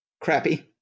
Crappy